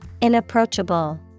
Inapproachable